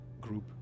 group